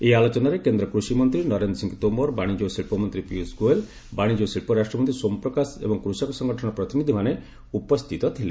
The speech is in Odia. ଏହି ଆଲୋଚନାରେ କେନ୍ଦ୍ର କୁଷିମନ୍ତ୍ରୀ ନରେନ୍ଦ୍ର ସିଂ ତୋମର ବାଣିଜ ଓ ଶିଳ୍ପ ମନ୍ତ୍ରୀ ପୀୟୁଷ ଗୋୟଲ୍ ବାଣିଜ୍ୟ ଓ ଶିଳ୍ପ ରାଷ୍ଟ୍ରମନ୍ତ୍ରୀ ସୋମ୍ପ୍ରକାଶ ଏବଂ କୃଷକ ସଙ୍ଗଠନର ପ୍ରତିନିଧିମାନେ ଉପସ୍ଥିତ ଥିଲେ